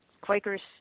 Quakers